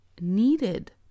needed